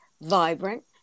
vibrant